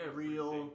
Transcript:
real